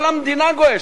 כל המדינה גועשת,